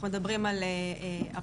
אנחנו מדברים על ערבים,